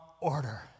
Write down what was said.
order